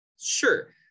sure